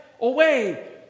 away